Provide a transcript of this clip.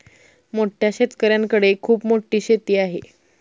मोठ्या शेतकऱ्यांकडे खूप मोठी शेती आहे